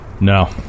No